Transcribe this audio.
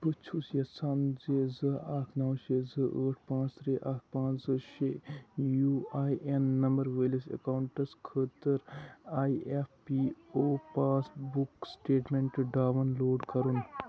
بہٕ چھُس یَژھان زِ زٕ اَکھ نَو شےٚ زٕ ٲٹھ پانٛژ ترٛےٚ اَکھ پانٛژ زٕ شےٚ یوٗ آئی این نمبر وٲلِس اَکاؤنٛٹس خٲطرٕ I F P O passbook سِٹیٹمٮ۪نٹہٕ ڈاؤن لوڈ کَرُن